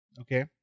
Okay